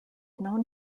known